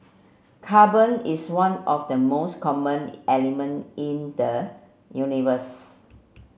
carbon is one of the most common element in the universe